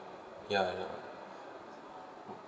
ya